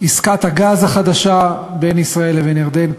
עסקת הגז החדשה בין ישראל לבין ירדן,